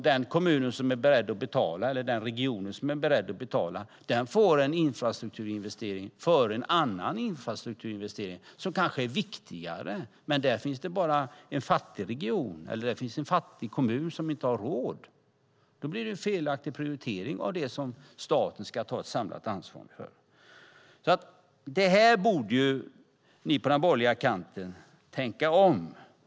Den kommun eller den region som är beredd att betala får en infrastrukturinvestering innan en annan kommun får en infrastrukturinvestering som kanske är viktigare. Men det kanske är en fattig kommun eller en fattig region som inte har råd. Då blir det en felaktig prioritering av det som staten ska ta ett samlat ansvar för. I fråga om detta borde ni på den borgerliga kanten tänka om.